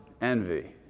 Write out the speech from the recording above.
Envy